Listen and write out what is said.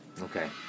Okay